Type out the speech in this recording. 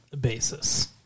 basis